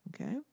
Okay